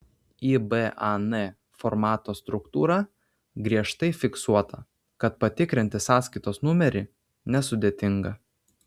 iban formato struktūra griežtai fiksuota tad patikrinti sąskaitos numerį nesudėtinga